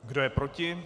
Kdo je proti?